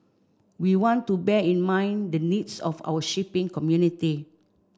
we want to bear in mind the needs of our shipping community